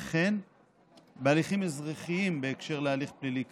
וכן בהליכים אזרחים בהקשר להליך פלילי כאמור.